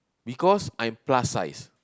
because I'm plus size